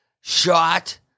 shot